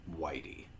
Whitey